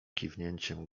kiwnięciem